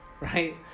right